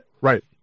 Right